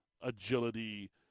agility